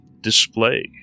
display